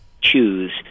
choose